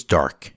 dark